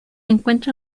encuentra